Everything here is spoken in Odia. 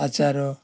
ଆଚାର